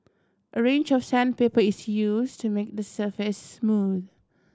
a range of sandpaper is used to make the surface smooth